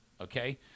Okay